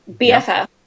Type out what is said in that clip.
BFF